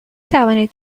توانید